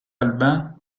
albin